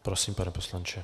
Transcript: Prosím, pane poslanče.